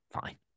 fine